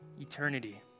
eternity